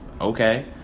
Okay